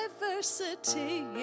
diversity